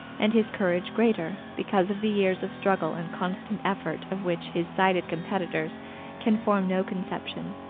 and his courage greater, because of the years of struggle and constant effort of which his sighted competitors can form no conception.